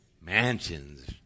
Mansions